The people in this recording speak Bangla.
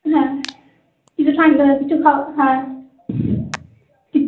হ্যাঁ কিছু ঠান্ডা কিছু খাওয়া হ্যাঁ কি